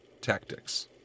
tactics